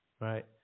right